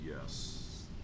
yes